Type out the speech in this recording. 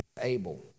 able